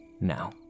Now